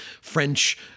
French